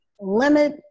limit